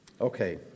okay